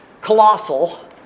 colossal